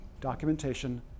documentation